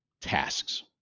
tasks